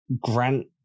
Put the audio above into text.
Grant